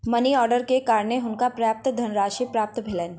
money order के कारणें हुनका पर्याप्त धनराशि प्राप्त भेलैन